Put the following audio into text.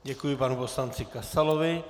Děkuji panu poslanci Kasalovi.